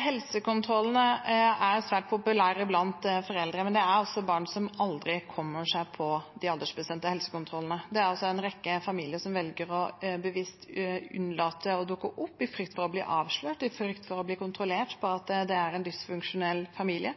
Helsekontrollene er svært populære blant foreldre, men det er også barn som aldri kommer seg på de aldersbestemte helsekontrollene. Det er altså en rekke familier som bevisst velger å unnlate å dukke opp, i frykt for å bli kontrollert, i frykt for å bli avslørt som en dysfunksjonell familie.